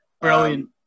Brilliant